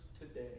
today